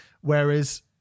Whereas